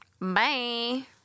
bye